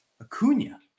Acuna